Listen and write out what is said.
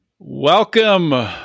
Welcome